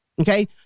Okay